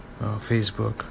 facebook